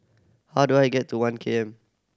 how do I get to One K M